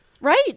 Right